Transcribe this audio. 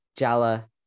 Jala